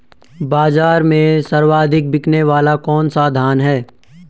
बाज़ार में सर्वाधिक बिकने वाला कौनसा धान है?